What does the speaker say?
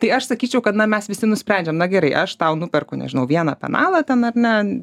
tai aš sakyčiau kad na mes visi nusprendžiam na gerai aš tau nuperku nežinau vieną penalą ten ar ne